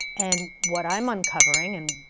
and what i'm uncovering and,